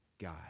God